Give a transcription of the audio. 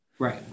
Right